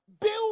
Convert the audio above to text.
build